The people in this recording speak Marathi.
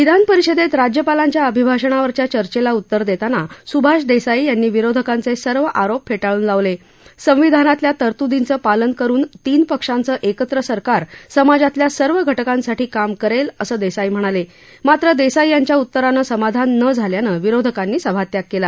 विधानपरिषदप्र राज्यपालांच्या अभिभाषणावरच्या चर्चेला उतर दप्राना स्भाष दक्षाई यांनी विरोधकांच सर्व आरोप फ्र्टाळून लावल संविधानातल्या तरत्दींचं पालन करून तीन पक्षांचं एकत्र सरकार समाजातल्या सर्व घटकांसाठी काम करक्ष असं दक्षाई म्हणाल मात्र दक्षाई यांच्या उतरानं समाधान नं झाल्यानं विरोधकांनी सभात्याग कला